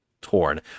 torn